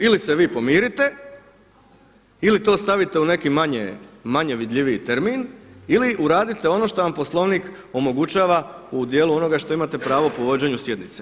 Ili se vi pomirite, ili to stavite u neki manje vidljiviji termin, ili uradite ono što vam Poslovnik omogućava u djelu onoga što imate pravo po vođenju sjednice.